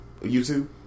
YouTube